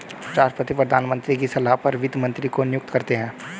राष्ट्रपति प्रधानमंत्री की सलाह पर वित्त मंत्री को नियुक्त करते है